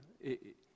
Et